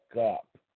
up